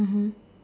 mmhmm